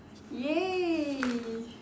!yay!